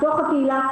מתוך הקהילה,